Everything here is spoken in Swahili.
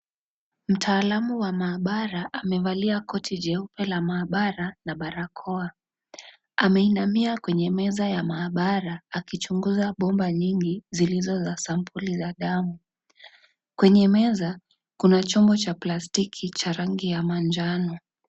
Mtaalamu wa maabara amevalia koti jeupe la maabara, na barakoa, ameinamia kwenye meza ya maabara akichunguza bomba nyingi, zilizo za sampuli ya damu. Kwenye meza kuna chombo cha plastiki cha rangi ya manjano.